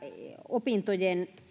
opintojen